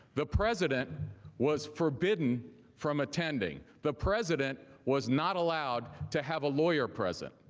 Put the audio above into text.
the president was forbidden from attending. the president was not allowed to have a lawyer present.